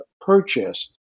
purchase